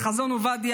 "חזון עובדיה",